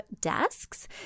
desks